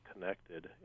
connected